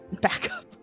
backup